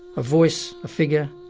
a voice, a figure,